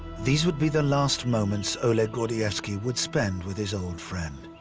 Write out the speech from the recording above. these would be the last moments oleg gordievsky would spend with his old friend.